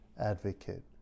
advocate